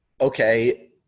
okay